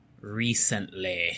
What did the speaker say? recently